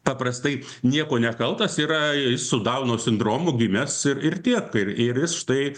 paprastai niekuo nekaltas yra su dauno sindromu gimęs ir ir tiek ir ir jis štai